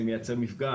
זה ייצר מפגע.